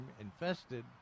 infested